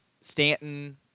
Stanton